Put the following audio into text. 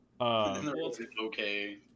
okay